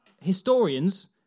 Historians